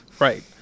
Right